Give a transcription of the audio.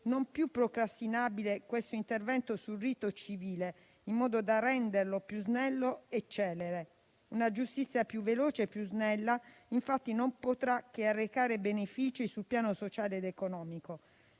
non più procrastinabile questo intervento sul rito civile, in modo da renderlo più snello e celere. Una giustizia più veloce e più snella infatti non potrà che arrecare benefici sul piano sociale ed economico.